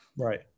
Right